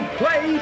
play